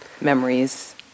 memories